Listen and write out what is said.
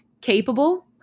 capable